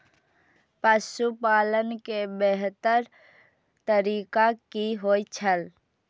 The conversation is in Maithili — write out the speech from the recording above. पशुपालन के बेहतर तरीका की होय छल?